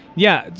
yeah.